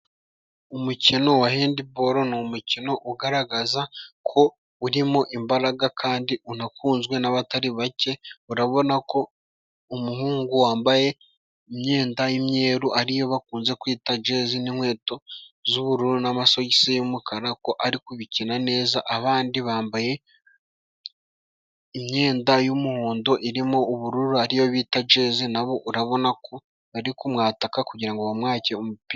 Umukino wa hendiboro ni umukino ugaragaza ko urimo imbaraga, kandi unakunzwe n'abatari bake. Urabona ko umuhungu wambaye imyenda y'imyeru ariyo bakunze kwita jezi n'inkweto z'ubururu n'amasogisi y'umukara, ko ari kubikina neza. Abandi bambaye imyenda y'umuhondo irimo ubururu, ariyo bita jezi na bo urabona ko bari kumwataka kugira ngo bamwake umupira.